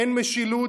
אין משילות,